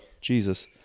Jesus